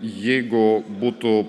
jeigu būtų